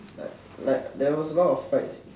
like like there was a lot of fights in